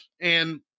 And-